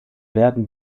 werden